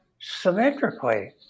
symmetrically